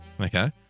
Okay